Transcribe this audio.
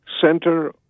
center